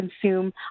consume